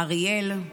אריאל,